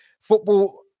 football